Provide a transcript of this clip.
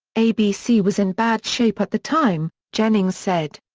abc was in bad shape at the time, jennings said.